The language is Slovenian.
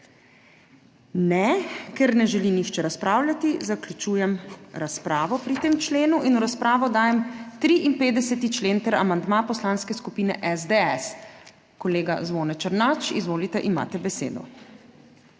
Ne. Ker ne želi nihče razpravljati, zaključujem razpravo pri tem členu. V razpravo dajem 53. člen ter amandma Poslanske skupine SDS. Kolega Zvone Černač, izvolite, imate besedo.